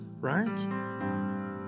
Right